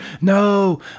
No